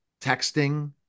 texting